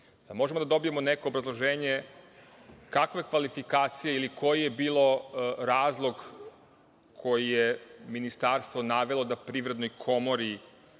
možemo da dobijemo neko obrazloženje kakve kvalifikacije ili koji je bio razlog koji je ministarstvo navelo da Privrednoj komori